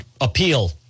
appeal